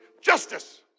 justice